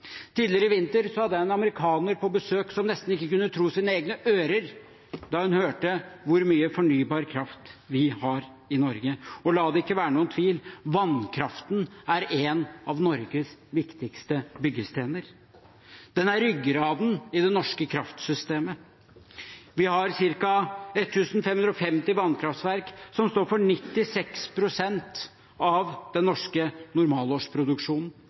Tidligere i vinter hadde jeg en amerikaner på besøk som nesten ikke kunne tro sine egne ører da hun hørte hvor mye fornybar kraft vi har i Norge. Og la det ikke være noen tvil: Vannkraften er en av Norges viktigste byggesteiner. Den er ryggraden i det norske kraftsystemet. Vi har ca. 1 550 vannkraftverk som står for 96 pst. av den norske normalårsproduksjonen.